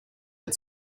had